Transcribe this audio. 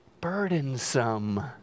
burdensome